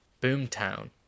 Boomtown